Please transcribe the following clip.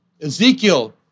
Ezekiel